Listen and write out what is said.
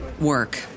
work